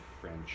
French